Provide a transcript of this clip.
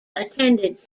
attended